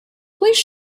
please